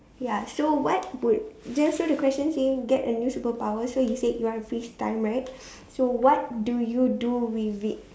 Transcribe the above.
ya so what would just now the question saying get a new superpower so you said you want to freeze time right so what do you do with it